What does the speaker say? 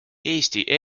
eesti